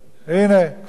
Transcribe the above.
הנה, כבר.